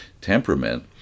temperament